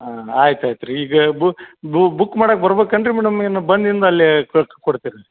ಹಾಂ ಆಯ್ತು ಆಯ್ತು ರೀ ಈಗ ಬುಕ್ ಮಾಡಕ್ಕೆ ಬರ್ಬೇಕ್ ಏನ್ ರೀ ಮೇಡಮ್ ಏನು ಬಂದಿಂದು ಅಲ್ಲೇ ಕಳ್ಸ್ಕೊಡ್ತೀರಾ ರಿ